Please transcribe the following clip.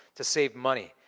to save money.